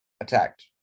attacked